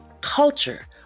culture